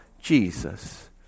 Jesus